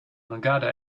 magadha